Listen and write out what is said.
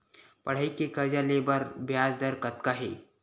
पढ़ई के कर्जा ले बर ब्याज दर कतका हे?